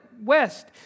west